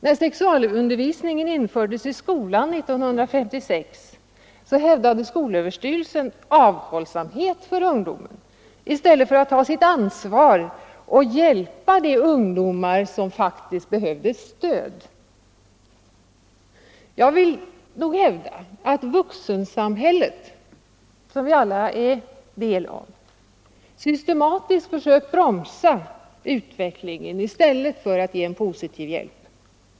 När sexualundervisningen infördes i skolan 1956, rekommenderade skolöverstyrelsen avhållsamhet för ungdomen i stället för att ta sitt ansvar och hjälpa de ungdomar som faktiskt behövde stöd. Jag vill nog hävda att vuxensamhället systematiskt försökt bromsa utvecklingen i stället för att ge en positiv hjälp.